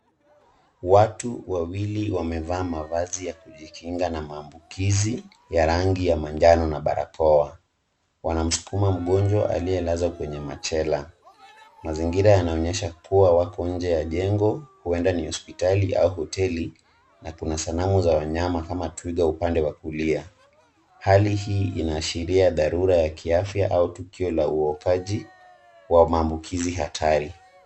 Watu wawili wamevaa mavazi ya kujikinga na maambukizi ya rangi ya manjano na barakoa. Wanamsukuma mgonjwa aliyelazwa kwenye machela. Mazingira yanaonyesha kuwa wako nje ya jengo huenda ni hospitali au hoteli na kuna sanamu za wanyama kama twiga upande wa kulia. Hali hii inaashiria dharura ya kiafya au tukio la uokaji wa maambukizi hatari.